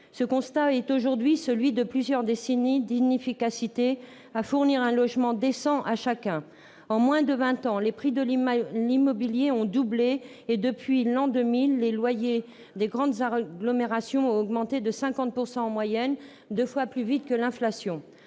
Ce constat d'aujourd'hui est celui de plusieurs décennies d'inefficacité à fournir un logement décent à chacun. En moins de vingt ans, les prix de l'immobilier ont doublé et, depuis l'an 2000, les loyers des grandes agglomérations ont augmenté de 55 % en moyenne, deux fois plus vite que l'inflation.